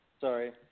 sorry